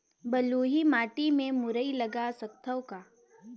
बलुही माटी मे मुरई लगा सकथव का?